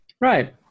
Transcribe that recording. Right